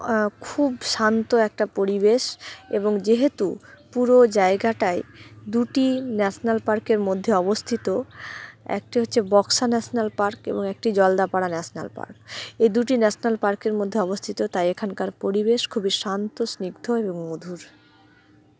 খুব শান্ত একটা পরিবেশ এবং যেহেতু পুরো জায়গাটায় দুটি ন্যাশনাল পার্কের মধ্যে অবস্থিত একটি হচ্ছে বক্সা ন্যাশনাল পার্ক এবং একটি জলদাপাড়া ন্যাশনাল পার্ক এই দুটি ন্যাশনাল পার্কের মধ্যে অবস্থিত তাই এখানকার পরিবেশ খুবই শান্ত স্নিগ্ধ এবং মধুর